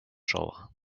czoła